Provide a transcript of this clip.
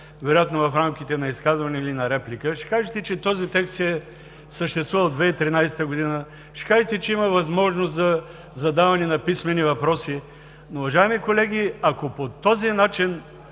вероятно в рамките на изказване или на реплика, ще кажете, че този текст съществува от 2013 г., че има възможност за задаване на писмени въпроси. Уважаеми колеги, ако по този начин